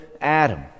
Adam